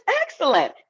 excellent